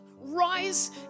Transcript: Rise